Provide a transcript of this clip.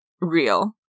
real